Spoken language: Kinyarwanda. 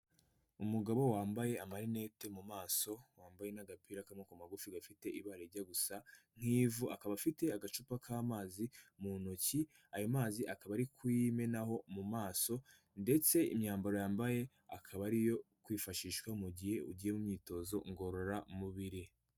Umugabo wambaye amarinete mu maso wambaye n'agapira k'amabokoko magufi, gafite ibara rijya gusa nk'ivu, akaba afite agacupa k'amazi mu ntoki, ayo mazi akaba ari kuyimenaho mu maso, ndetse imyambaro yambaye akaba ari iyo kwifashishwa mu gihe ugiye mu myitozo ngororamubiri.